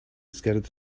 scattered